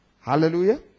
hallelujah